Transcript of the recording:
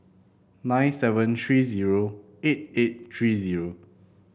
nine seven three zero eight eight three zero